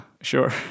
Sure